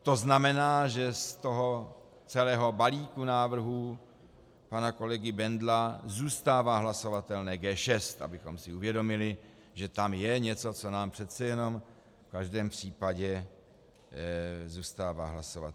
To znamená, že z toho celého balíku návrhů pana kolegy Bendla zůstává hlasovatelné G6, abychom si uvědomili, že tam je něco, co nám přece jenom v každém případě zůstává hlasovatelné.